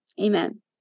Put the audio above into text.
Amen